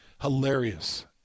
hilarious